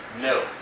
No